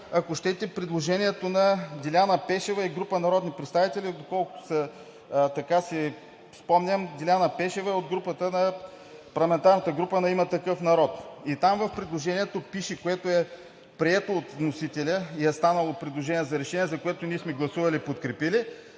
ако щете, предложението на Деляна Пешева и група народни представители. Доколкото си спомням Деляна Пешева е от парламентарната група на „Има такъв народ“. Там в предложението, което е прието от вносителя и е станало предложение за решение, за което ние сме гласували „подкрепили“,